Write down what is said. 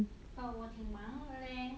but 我挺忙的 leh